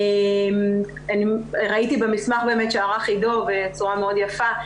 אני ראיתי במסמך שערך עידו בצורה מאוד יפה,